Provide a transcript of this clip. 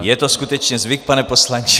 Je to skutečně zvyk, pane poslanče.